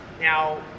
now